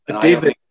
David